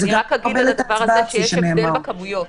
אני רק אגיד על הדבר הזה שיש הבדל בכמויות.